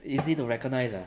easy to recognise lah